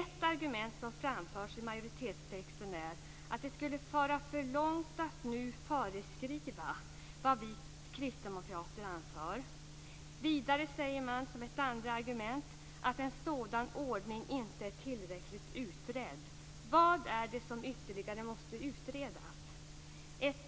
Ett argument som framförs i majoritetstexten är att det skulle föra för långt att nu föreskriva vad vi kristdemokrater anför. Vidare säger man, som ett andra argument, att en sådan ordning inte är tillräckligt utredd. Vad är det som ytterligare måste utredas?